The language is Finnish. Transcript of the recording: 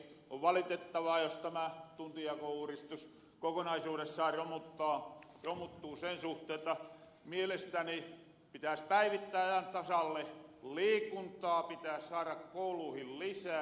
on valitettavaa jos tämä tuntijakouuristus kokonaisuudessaan romuttuu sen suhteen jotta mielestäni pitääs päivittää ajan tasalle liikuntaa pitääs saara kouluihin lisää